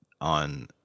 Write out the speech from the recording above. on